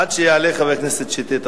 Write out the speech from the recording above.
עד שיעלה חבר הכנסת שטרית,